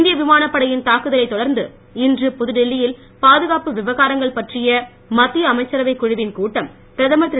இந்திய விமானப் படையின் தாக்குதலைத் தொடர்ந்து இன்று புதுடில்லி யில் பாதுகாப்பு விவகாரங்கள் பற்றிய மத்திய அமைச்சரவைக் குழுவின் கூட்டம் பிரதமர் திரு